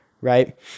right